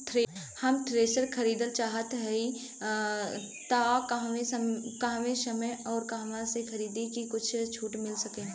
हम थ्रेसर खरीदल चाहत हइं त कवने समय अउर कहवा से खरीदी की कुछ छूट मिल सके?